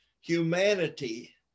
humanity